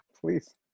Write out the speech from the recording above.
please